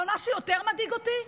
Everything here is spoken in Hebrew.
אבל מה שיותר מדאיג אותי,